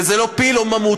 וזה לא פיל או ממותה,